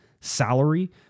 salary